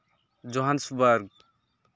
Johannesburg